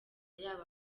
yaba